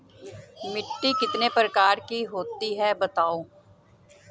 मिट्टी कितने प्रकार की होती हैं बताओ?